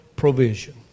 provision